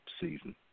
season